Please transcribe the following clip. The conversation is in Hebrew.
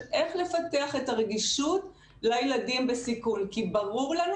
איך לפתח את הרגישות לילדים בסיכון כי ברור לנו